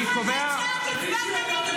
--- אתה כולך הצגה.